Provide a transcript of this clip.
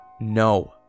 No